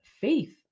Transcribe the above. faith